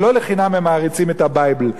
ולא לחינם הם מעריצים את ה"בייבל".